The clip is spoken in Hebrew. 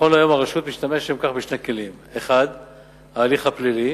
נכון להיום הרשות משתמשת לשם כך בשני כלים: 1. ההליך הפלילי,